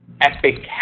epic